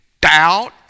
doubt